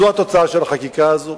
זו התוצאה של החקיקה הזאת,